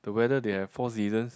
the weather they have four seasons